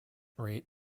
rate